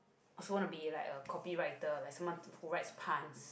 also want to be like a copy writer like someone who writes puns